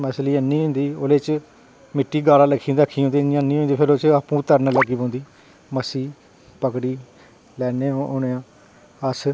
मच्छली अन्नी होई जंदी ओह्दे च मिट्टी च गारा पौंदा ते अन्नी होई जंदी ते फिर आपूं गै तरन लग्गी पौंदी मच्छी पकड़ी लैने आं हून अस